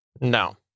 No